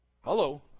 Hello